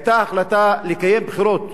היתה החלטה לקיים בחירות